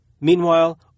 Meanwhile